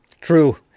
True